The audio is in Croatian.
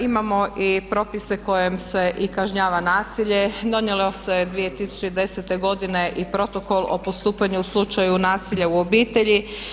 Imamo i propise kojima se kažnjava nasilje, donijelo se 2010. godine i Protokol o postupanju u slučaju nasilja u obitelji.